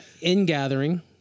in-gathering